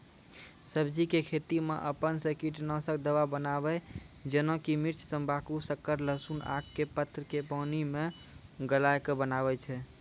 सब्जी के खेती मे अपन से कीटनासक दवा बनाबे जेना कि मिर्च तम्बाकू शक्कर लहसुन आक के पत्र के पानी मे गलाय के बनाबै छै?